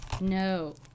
No